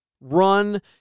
run